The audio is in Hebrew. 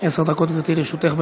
עשר דקות, גברתי, לרשותך.